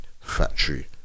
Factory